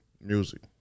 music